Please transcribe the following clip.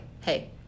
hey